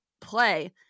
play